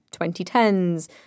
2010s